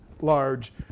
large